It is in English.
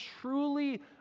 truly